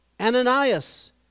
Ananias